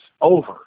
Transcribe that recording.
over